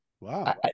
Wow